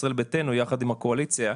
ישראל ביתנו יחד עם הקואליציה.